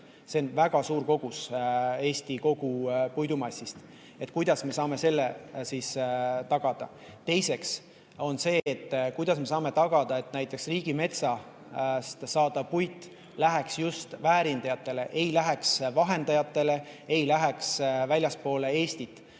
See on väga suur kogus Eesti kogu puidumassist. Ma peame vaatama, kuidas me saame selle tagada. Teiseks, kuidas me saame tagada, et näiteks riigimetsast saadav puit läheks just väärindajatele, et see ei läheks vahendajatele ega läheks väljaspoole Eestit.